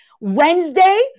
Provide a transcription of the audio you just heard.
Wednesday